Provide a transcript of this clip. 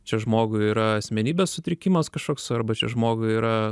čia žmogui yra asmenybės sutrikimas kažkoks arba čia žmogui yra